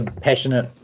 Passionate